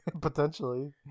potentially